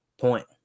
point